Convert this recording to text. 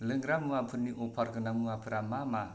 लोंग्रा मुवाफोरनि अफार गोनां मुवाफोरा मा मा